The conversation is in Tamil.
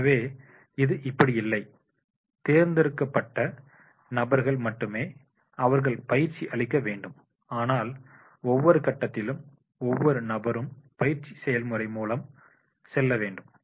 எனவே இது இப்படி இல்லை தேர்ந்தெடுக்கப்பட்ட நபர்கள் மட்டுமே அவர்கள் பயிற்சி அளிக்க வேண்டும் ஆனால் ஒவ்வொரு கட்டத்திலும் ஒவ்வொரு நபரும் பயிற்சி செயல்முறை மூலம் செல்ல வேண்டும்